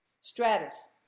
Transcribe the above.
Stratus